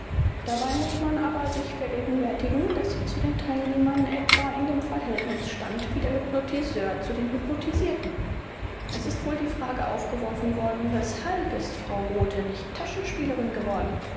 dabei muß man aber sich vergegenwärtigen daß sie zu den teilnehmern etwa in dem verhältnis stand wie der hypnotiseur zu den hypnotisierten es ist wohl die frage aufgeworfen worden weshalb ist frau rothe nicht taschenspielerin geworden